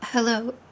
Hello